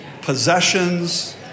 possessions